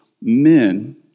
men